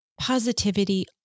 positivity